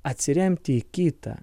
atsiremti į kitą